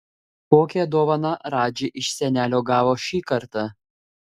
kokią dovaną radži iš senelio gavo šį kartą